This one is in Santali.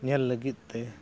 ᱧᱮᱞ ᱞᱟᱹᱜᱤᱫ ᱛᱮ